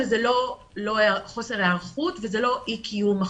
אבל זה לא חוסר היערכות וזה לא אי קיום החוק.